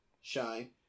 Shine